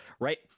Right